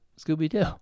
Scooby-Doo